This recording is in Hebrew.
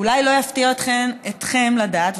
אולי לא יפתיע אתכם לדעת,